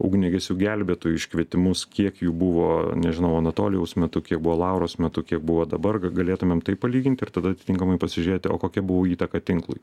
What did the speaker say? ugniagesių gelbėtojų iškvietimus kiek jų buvo nežinau anatolijaus metu kiek buvo lauros metu kiek buvo dabar galėtumėm tai palyginti ir tada atitinkamai pasižiūrėti o kokia buvo įtaką tinklui